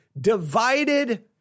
Divided